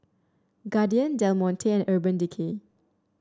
Guardian Del Monte Urban Decay